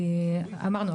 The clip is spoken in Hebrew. אמרנו,